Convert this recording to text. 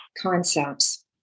concepts